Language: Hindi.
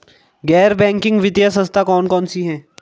गैर बैंकिंग वित्तीय संस्था कौन कौन सी हैं?